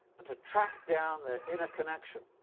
and to track down their inner connection.